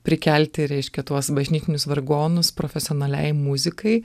prikelti reiškia tuos bažnytinius vargonus profesionaliai muzikai